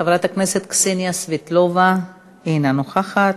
חברת הכנסת קסניה סבטלובה, אינה נוכחת.